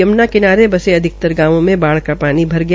यमुना किनारे बसे अधिकतर गांवों में बाढ़ की पानी भर गया